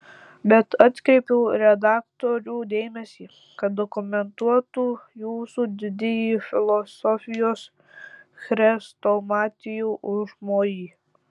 bet atkreipiau redaktorių dėmesį kad dokumentuotų jūsų didįjį filosofijos chrestomatijų užmojį